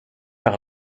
par